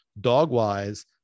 dog-wise